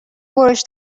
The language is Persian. برش